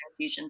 transfusions